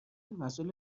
مسئول